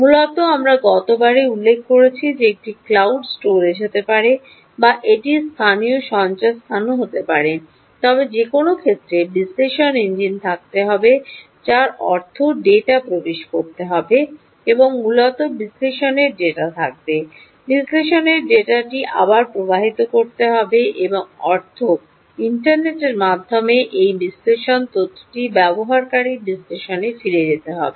মূলত আমরা গতবার উল্লেখ করেছি যে এটি ক্লাউড স্টোরেজ হতে পারে বা এটি স্থানীয় সঞ্চয়স্থানও হতে পারে তবে যে কোনও ক্ষেত্রে বিশ্লেষণ ইঞ্জিন থাকতে হবে যার অর্থ ডেটা প্রবেশ করতে হবে এবং মূলত বিশ্লেষণের ডেটা থাকবে বিশ্লেষণের ডেটাটি আবার প্রবাহিত করতে হবে এর অর্থ ইন্টারনেটের মাধ্যমে এই বিশ্লেষণ তথ্যটি ব্যবহারকারীর বিশ্লেষণে ফিরে যেতে হবে